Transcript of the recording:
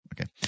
okay